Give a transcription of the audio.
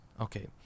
Okay